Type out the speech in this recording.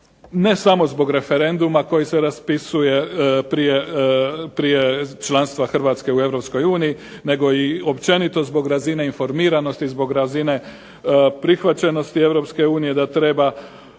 ne samo zbog referenduma koji se raspisuje prije članstva Hrvatske u Europskoj uniji nego i općenito zbog razine informiranosti, zbog razine prihvaćenosti Europske